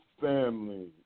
Family